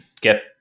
get